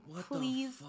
Please